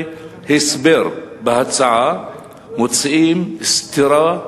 הסבר בהצעה מוצאים סתירות